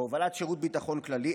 בהובלת שירות הביטחון הכללי,